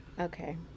Okay